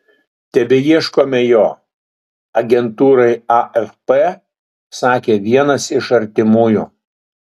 tebeieškome jo agentūrai afp sakė vienas iš artimųjų